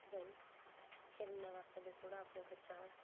कि भाई खे'ल्लने बास्तै बी थोह्ड़ा अपने बच्चां आं